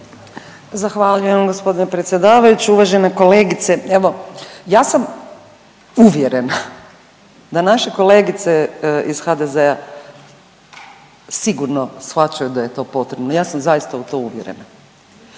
Zahvaljujem g. predsjedavajući. Uvažena kolegice, evo, ja sam uvjerena, da naše kolegice iz HDZ-a sigurno shvaćaju da je to potrebno, ja sam zaista u to uvjerena,